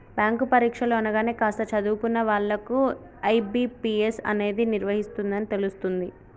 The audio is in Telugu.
బ్యాంకు పరీక్షలు అనగానే కాస్త చదువుకున్న వాళ్ళకు ఐ.బీ.పీ.ఎస్ అనేది నిర్వహిస్తుందని తెలుస్తుంది